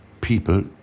people